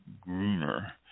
Gruner